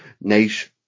nice